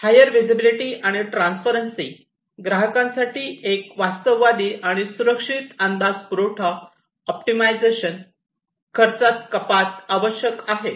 higher visibility आणि transparency ग्राहकांसाठी एक वास्तववादी आणि सुरक्षित अंदाज पुरवठा ऑप्टिमायझेशन खर्चात कपात आवश्यक आहे